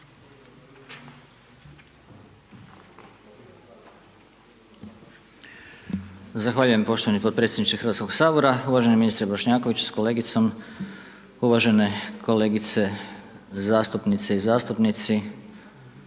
Zahvaljujem poštovani potpredsjedniče Hrvatskoga sabora. Uvaženi ministre Bošnjakoviću sa kolegicom, uvažene kolegice zastupnice i zastupnici,